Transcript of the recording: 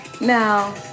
Now